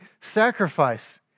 sacrifice